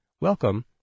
welcome